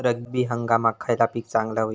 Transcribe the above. रब्बी हंगामाक खयला पीक चांगला होईत?